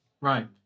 Right